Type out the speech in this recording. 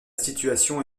situation